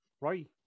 right